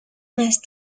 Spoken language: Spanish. más